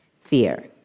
fear